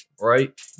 right